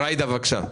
ג'ידא, בקשה.